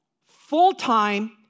full-time